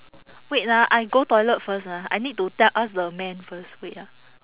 wait ah I go toilet first ah I need to tell ask the man first wait ah